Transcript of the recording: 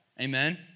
amen